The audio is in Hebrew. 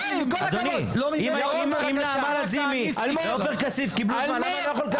אדוני אם נעמה לזימי ועופר כסיף קיבלו למה אני לא יכול לדבר?